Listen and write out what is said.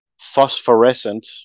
phosphorescent